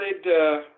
started